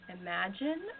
imagine